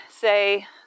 say